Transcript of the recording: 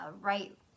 right